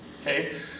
Okay